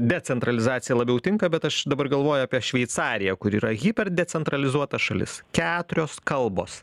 decentralizacija labiau tinka bet aš dabar galvoju apie šveicariją kuri yra hiperdecentralizuota šalis keturios kalbos